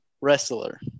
wrestler